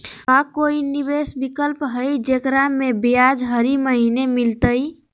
का कोई निवेस विकल्प हई, जेकरा में ब्याज हरी महीने मिलतई?